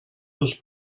was